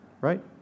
Right